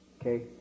Okay